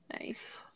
Nice